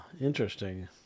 Interesting